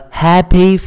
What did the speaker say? happy